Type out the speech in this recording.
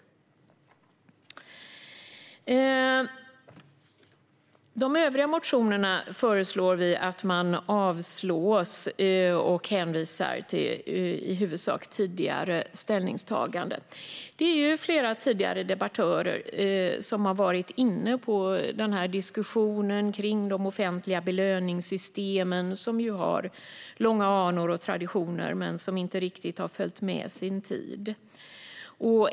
De övriga motionerna föreslår vi att man avslår. Vi hänvisar i huvudsak till tidigare ställningstaganden. Flera tidigare debattörer har varit inne på diskussionen om de offentliga belöningssystemen, som ju har långa anor och traditioner men som inte riktigt har följt med sin tid.